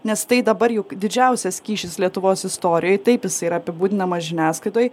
nes tai dabar juk didžiausias kyšis lietuvos istorijoj taip jis yra apibūdinamas žiniasklaidoj